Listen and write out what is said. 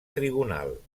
trigonal